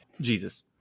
Jesus